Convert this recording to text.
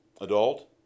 Adult